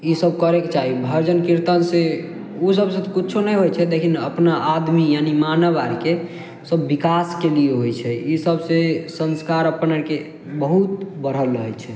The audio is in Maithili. ई सब करेके चाही भजन कीर्तन से ऊ सबसे कुछो नै होइ छै लेकिन अपना आदमी यानि मानब आर के सब बिकास के लिए होइ छै ई सबसे संस्कार अपने के बहुत बढ़ल रहै छै